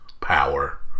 Power